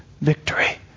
victory